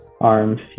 arms